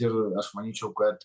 ir aš manyčiau kad